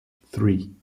three